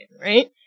right